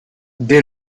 dès